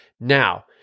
Now